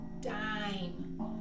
dime